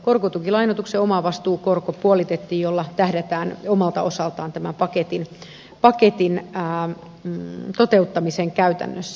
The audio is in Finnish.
korkotukilainoituksen omavastuukorko puolitettiin millä tähdätään omalta osaltaan tämän paketin toteuttamiseen käytännössä